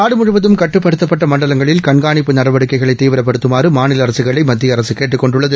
நாடு முடிவதும் கட்டுப்படுத்தப்பட்ட மண்டலங்களில் கண்காணிப்பு நடவடிக்கைகளை தீவிரப்படுத்துமாறு மாநில அரசுகளை மத்திய அரசு கேட்டுக் கொண்டுள்ளது